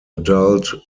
adult